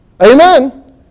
Amen